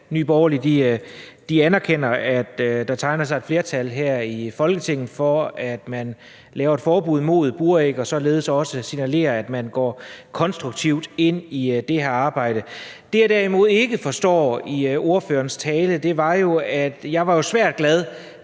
Nye Borgerlige anerkender, at der tegner sig et flertal her i Folketinget for, at man laver et forbud mod buræg, og således også signalerer, at man går konstruktivt ind i det her arbejde. Det, jeg derimod ikke forstår i ordførerens tale, er noget andet. Jeg var jo svært glad,